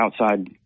outside